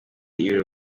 ibiro